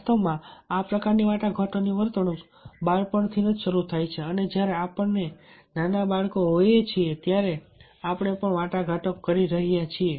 વાસ્તવમાં આ પ્રકારની વાટાઘાટોની વર્તણૂક બાળપણથી જ શરૂ થાય છે અને જ્યારે આપણે નાના બાળકો હોઈએ છીએ ત્યારે આપણે પણ વાટાઘાટો કરી રહ્યા છીએ